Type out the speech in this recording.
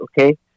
okay